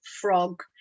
frog